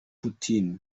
putin